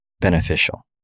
beneficial